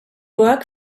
work